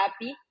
happy